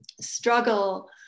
struggle